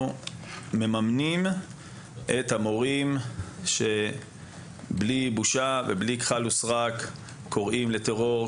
מממנים את המורים שבלי בושה וללא כחל וסרק קוראים לטרור,